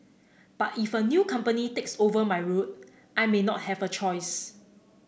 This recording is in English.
but if a new company takes over my route I may not have a choice